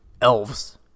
elves